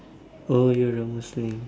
oh you're a Muslim